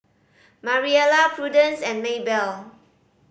Mariela Prudence and Maybell